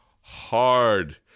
hard